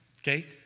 Okay